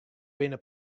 binne